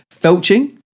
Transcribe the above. felching